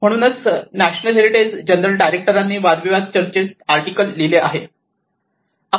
म्हणूनच national heritage general डायरेक्टरांनी वादविवाद चर्चेत आर्टिकल लिहिले आहे